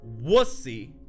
wussy